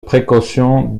précautions